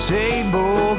table